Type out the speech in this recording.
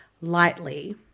lightly